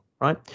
right